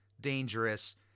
dangerous